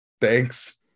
Thanks